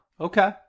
okay